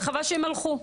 וחבל שהם הלכו.